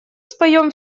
споем